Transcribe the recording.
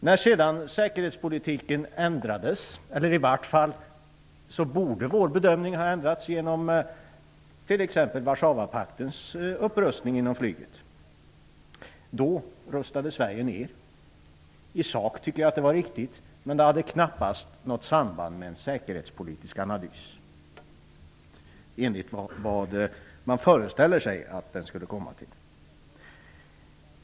När sedan säkerhetspolitiken ändrades -- i vart fall borde vår bedömning ha ändrats vid t.ex. Warszawapaktens upprustning inom flyget -- då rustade Sverige ner. I sak tycker jag att det var riktigt. Men det hade knappast något samband med vad man föreställer sig att en säkerhetspolitisk analys skulle kommit fram till.